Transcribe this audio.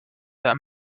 that